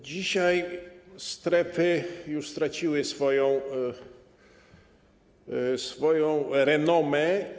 Dzisiaj strefy już straciły swoją renomę.